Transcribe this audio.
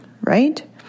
right